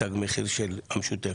תג מחיר של המשותפת,